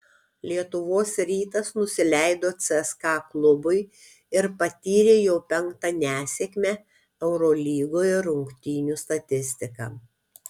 lietuvos rytas nusileido cska klubui ir patyrė jau penktą nesėkmę eurolygoje rungtynių statistika